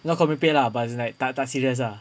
not nak merepek lah but it's like tak tak tak serious ah